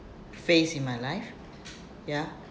phase in my life ya